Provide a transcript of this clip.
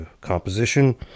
composition